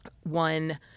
one